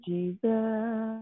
Jesus